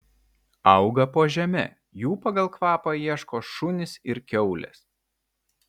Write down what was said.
auga po žeme jų pagal kvapą ieško šunys ir kiaulės